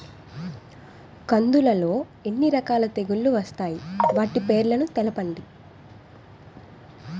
కందులు లో ఎన్ని రకాల తెగులు వస్తాయి? వాటి పేర్లను తెలపండి?